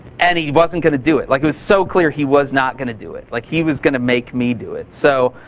and he wasn't gonna do it. like, it was so clear he was not gonna do it. like he was gonna make me do it. so,